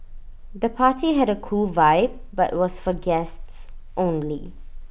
the party had A cool vibe but was for guests only